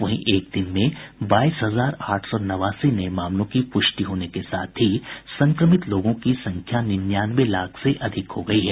वहीं एक दिन में बाईस हजार आठ सौ नवासी नये मामलों की पुष्टि होने के साथ ही संक्रमित लोगों की संख्या निन्यानवे लाख से अधिक हो गई है